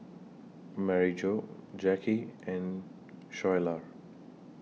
Maryjo Jacky and Schuyler